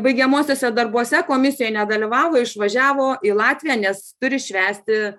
baigiamuosiuose darbuose komisijoj nedalyvavo išvažiavo į latviją nes turi švęsti